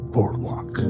Boardwalk